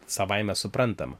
savaime suprantama